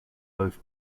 both